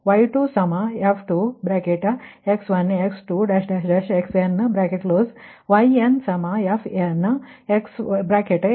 xn y2 f2x1 x2